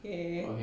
okay